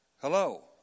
hello